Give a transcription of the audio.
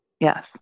Yes